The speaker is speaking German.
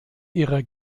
ihrer